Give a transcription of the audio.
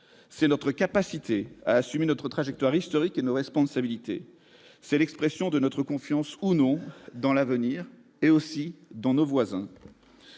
c'est notre capacité à assumer notre trajectoire historique et nos responsabilités, c'est l'expression de notre confiance ou non dans l'avenir, et aussi dans nos voisins